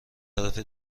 طرف